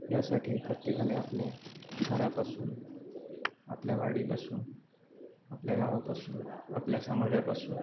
यासाठी प्रत्येकाने आपल्या घरापासून आपल्या वाडीपासून आपल्या गावापासून आपल्या समाजापासून